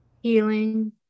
healing